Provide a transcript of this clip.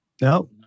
No